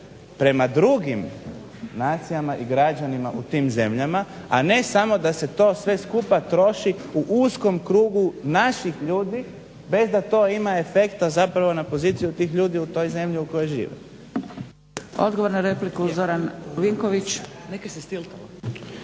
prema drugim nacijama i građanima u tim zemljama. A ne samo da se to sve skupa troši u uskom krugu naših ljudi bez da to ima efekta zapravo na poziciju tih ljudi u toj zemlji u kojoj žive. **Zgrebec, Dragica (SDP)** Odgovor